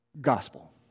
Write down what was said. gospel